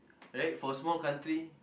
right for a small country